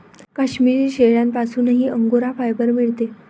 काश्मिरी शेळ्यांपासूनही angora fibre मिळते